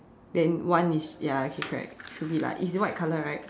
then one is ya okay correct should be lah it's white color right